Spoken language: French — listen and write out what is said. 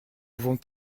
vont